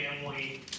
family